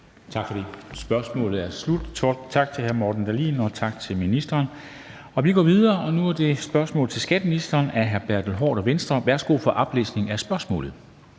Tak for det. Spørgsmålet er slut. Tak til hr. Morten Dahlin, og tak til ministeren. Vi går videre, og nu er det spørgsmål til skatteministeren stillet af hr. Bertel Haarder, Venstre. Kl. 13:22 Spm.